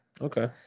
Okay